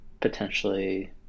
potentially